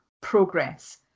progress